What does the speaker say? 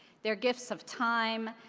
their gifts of time,